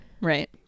Right